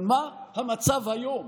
אבל מה המצב היום?